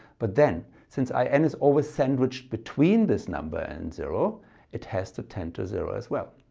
but then, since i n is always sandwiched between this number and zero it has to tend to zero as well,